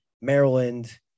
Maryland